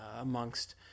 amongst